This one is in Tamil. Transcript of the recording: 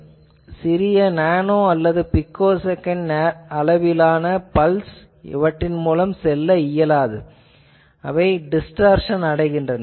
எனவே சிறிய நேனோ அல்லது பிக்கோ நேர அளவிலான பல்ஸ் அவற்றின் மூலம் செல்ல இயலாது அவை டிஸ்டார்சன் அடைகின்றன